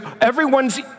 everyone's